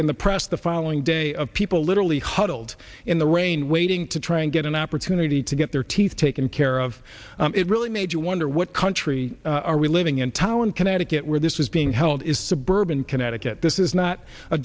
in the press the following day of people literally huddled in the rain waiting to try and get an opportunity to get their teeth taken care of it really made you wonder what country are we living in tolland connecticut where this is being held is suburban connecticut this is